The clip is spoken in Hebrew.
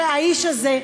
שהאיש הזה,